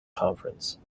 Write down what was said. conference